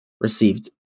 received